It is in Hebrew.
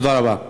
תודה רבה.